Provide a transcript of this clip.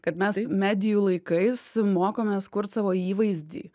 kad mes medijų laikais mokomės kurt savo įvaizdį